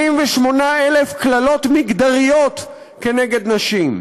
88,000 קללות מגדריות כנגד נשים,